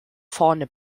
vorne